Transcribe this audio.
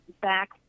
back